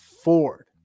Ford